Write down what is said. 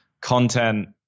content